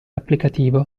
applicativo